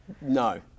No